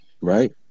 Right